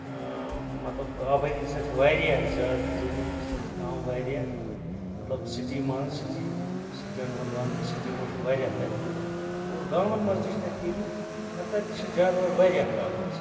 آ مطلب آبٲیی چھ تتہِ واریاہ زیادٕ زٔمیٖن چھُ تَتہِ کم واریاہ مطلب سَٹی منٛز سٹی سٹین ہُند وَنہٕ بہٕ سَٹی منٛز چھُ واریاہ تَتہِ یِم کم اور گامن منٛز تہِ چھ تَتہِ پھیٖرمٕتۍ اور تَتہِ تہِ چھِ جاناوار واریاہ کَم آسان